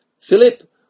Philip